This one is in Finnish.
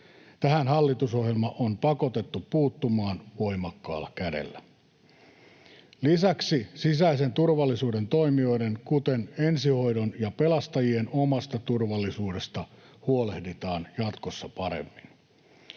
Tähän hallitusohjelma on pakotettu puuttumaan voimakkaalla kädellä. Lisäksi sisäisen turvallisuuden toimijoiden, kuten ensihoidon ja pelastajien, omasta turvallisuudesta huolehditaan jatkossa paremmin.